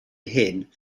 hyn